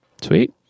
Sweet